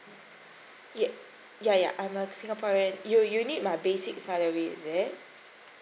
y~ ya ya I I'm a singaporean you you need my basic salary is it